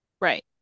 Right